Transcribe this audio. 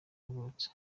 yavutse